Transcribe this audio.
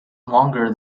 longer